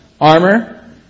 armor